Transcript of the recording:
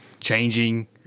changing